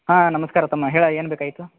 ಹಾಂ ನಮಸ್ಕಾರ ತಮ್ಮ ಹೇಳು ಏನು ಬೇಕಾಗಿತ್ತು